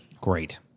Great